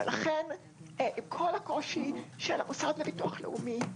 לכן עם כל הקושי של המוסד לביטוח לאומי,